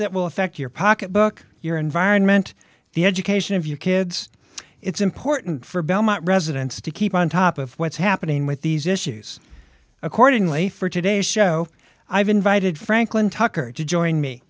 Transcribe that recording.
that will affect your pocketbook your environment the education of your kids it's important for belmont residents to keep on top of what's happening with these issues accordingly for today's show i've invited franklin tucker to join me